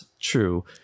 true